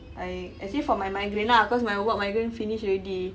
I actually for my migraine lah cause my ubat migraine finish already